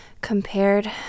compared